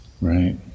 right